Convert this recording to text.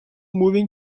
moving